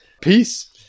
Peace